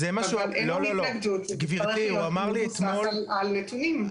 אבל אין לו התנגדות --- המבוסס על נתונים.